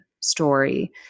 story